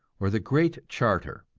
or the great charter,